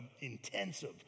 intensive